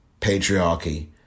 patriarchy